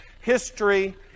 History